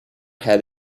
had